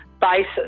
basis